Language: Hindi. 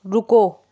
रुको